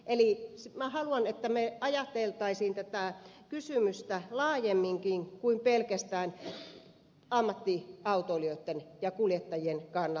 eli minä haluan että me ajattelisimme tätä kysymystä laajemminkin kuin pelkästään ammattiautoilijoitten ja kuljettajien kannalta